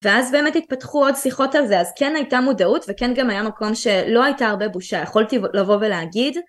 ואז באמת התפתחו עוד שיחות על זה אז כן הייתה מודעות וכן גם היה מקום שלא הייתה הרבה בושה יכולתי לבוא ולהגיד